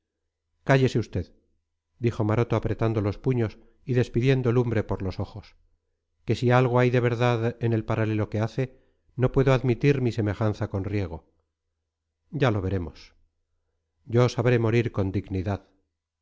cállese usted dijo maroto apretando los puños y despidiendo lumbre por los ojos que si algo hay de verdad en el paralelo que hace no puedo admitir mi semejanza con riego ya lo veremos yo sabré morir con dignidad